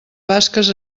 basques